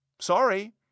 Sorry